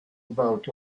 about